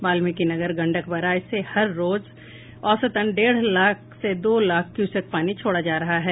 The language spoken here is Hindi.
वाल्मीकिनगर गंडक बराज से हर रोज औसतन डेढ़ से दो लाख क्यूसेक पानी छोड़ा जा रहा है